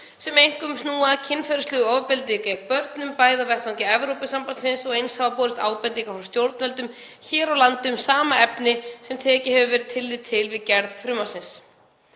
sem einkum snúa að kynferðislegu ofbeldi gegn börnum, bæði á vettvangi Evrópusambandsins og eins hafa borist ábendingar frá stjórnvöldum hér á landi um sama efni, sem tekið hefur verið tillit til við gerð frumvarpsins.